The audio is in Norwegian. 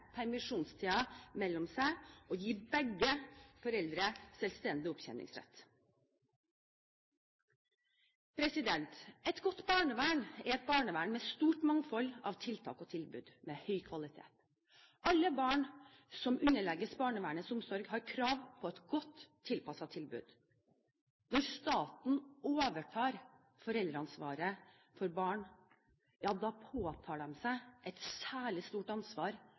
permisjonstiden mellom seg og gi begge foreldrene selvstendig opptjeningsrett. Et godt barnevern er et barnevern med stort mangfold av tiltak og tilbud, med høy kvalitet. Alle barn som underlegges barnevernets omsorg, har krav på et godt, tilpasset tilbud. Når staten overtar foreldreansvaret for barn, påtar den seg et særlig stort ansvar